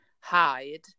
hide